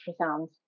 ultrasounds